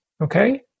Okay